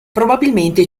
probabilmente